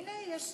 הנה, יש שר.